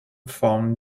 found